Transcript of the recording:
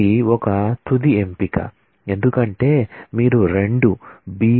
ఇది ఒక సెలక్షన్ ఎంపిక ఎందుకంటే మీరు రెండు Bs r